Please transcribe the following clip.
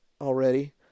already